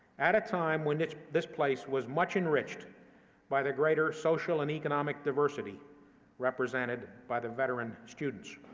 at a time when this this place was much enriched by the greater social and economic diversity represented by the veteran students.